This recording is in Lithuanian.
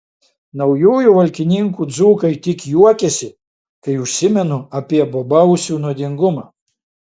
naujųjų valkininkų dzūkai tik juokiasi kai užsimenu apie bobausių nuodingumą